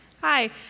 Hi